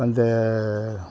அந்த